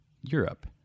Europe